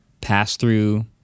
pass-through